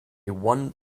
one